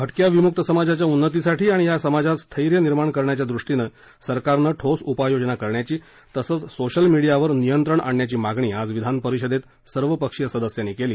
भटक्या विमुक्त समाजाच्या उन्नतीसाठी आणि या समाजात स्थैर्य निर्माण करण्याच्या दृष्टीनं सरकारनं ठोस उपाययोजना करण्याची तसंच सोशल मीडियावर नियंत्रण आणण्याची मागणी आज विधानपरिषदेत सर्वपक्षीय सदस्यांनी केली